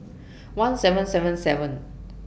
one seven seven seven